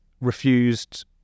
refused